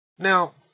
Now